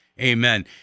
Amen